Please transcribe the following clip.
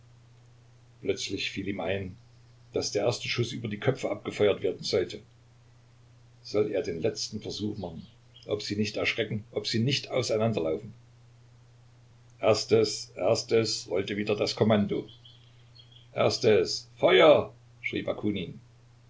plötzlich fiel ihm ein daß der erste schuß über die köpfe abgefeuert werden sollte soll er den letzten versuch machen ob sie nicht erschrecken ob sie nicht auseinanderlaufen erstes erstes rollte wieder das kommando erstes feuer